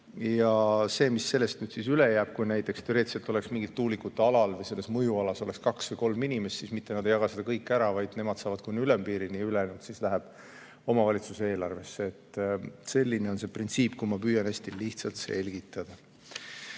See, mis sellest üle jääb, kui näiteks teoreetiliselt oleks mingil tuulikute alal või selles mõjualas kaks või kolm inimest, siis nad ei jaga seda kõike ära, vaid nad saavad kuni ülempiirini ja ülejäänud läheb omavalitsuse eelarvesse. Selline on see printsiip, kui ma püüan hästi lihtsalt selgitada.